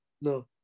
no